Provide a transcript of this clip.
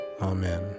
Amen